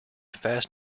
fast